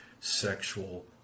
sexual